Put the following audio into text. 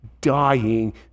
dying